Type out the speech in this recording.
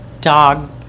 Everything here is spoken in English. dog